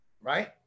right